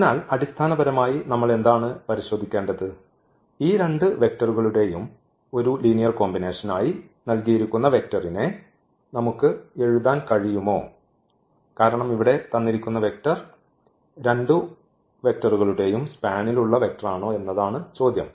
അതിനാൽ അടിസ്ഥാനപരമായി നമ്മൾ എന്താണ് പരിശോധിക്കേണ്ടത് ഈ രണ്ട് വെക്റ്ററുകളുടെയും ഒരു ലീനിയർ കോമ്പിനേഷൻ ആയി ഈ വെക്റ്ററിനെ നമുക്ക് എഴുതാൻ കഴിയുമോ കാരണം ഇവിടെ തന്നിരിക്കുന്ന വെക്റ്റർ മറ്റു രണ്ടു വെക്റ്ററുകളുടെയും സ്പാനിലുള്ള വെക്റ്ററാണോ എന്നതാണ് ചോദ്യം